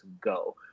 go